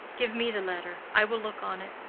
give me the letter. i will look on it.